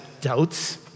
doubts